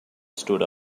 stood